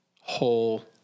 whole